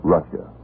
Russia